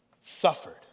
suffered